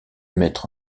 mettre